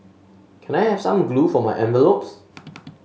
can I have some glue for my envelopes